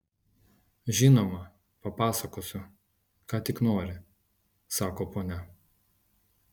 žinoma papasakosiu ką tik nori sako ponia